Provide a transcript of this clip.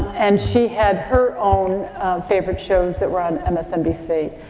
and she had her own favorite shows that were on msnbc.